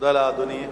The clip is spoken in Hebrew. תודה לאדוני.